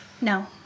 no